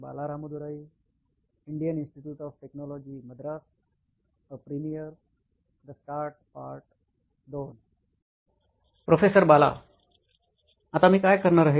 बाला आता मी काय करणार आहे